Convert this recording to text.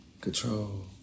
control